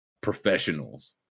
professionals